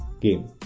game